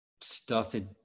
started